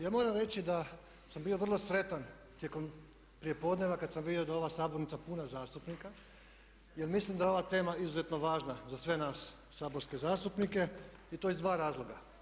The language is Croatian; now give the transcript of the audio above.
Ja moram reći da sam bio vrlo sretan tijekom prijepodneva kad sam vidio da je ova sabornica puna zastupnika, jer mislim da je ova tema izuzetno važna za sve nas saborske zastupnike i to iz dva razloga.